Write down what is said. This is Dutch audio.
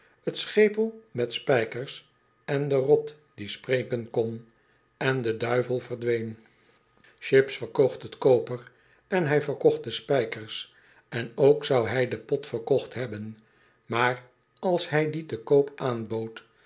t schepel mot spijkers en de rot die spreken kon en de duivel verdween chips verkocht t koper en hij verkocht de spijkers en ook zou hij den pot verkocht hebben maar als hij dien te koop aanbood